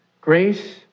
grace